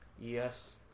yes